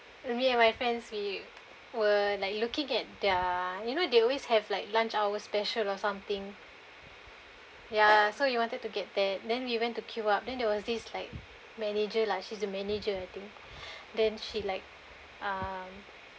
me and my friends we were like looking at their you know they always have like lunch hour special or something ya so you wanted to get there then we went to queue up then there was this like manager like she's the manager I think then she like um